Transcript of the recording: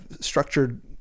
structured